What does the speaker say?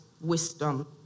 wisdom